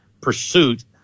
pursuit